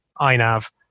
INAV